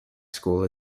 school